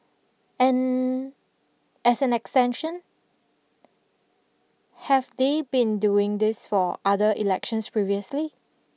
and as an extension have they been doing this for other elections previously